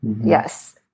Yes